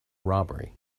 robbery